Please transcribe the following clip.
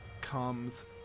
comes